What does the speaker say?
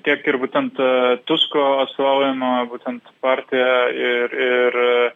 tiek ir būtent tusko atstovaujama būtent partija ir ir